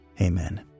Amen